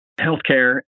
healthcare